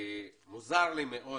מוזר לי מאוד